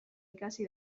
ikasi